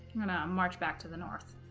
i'm gonna march back to the north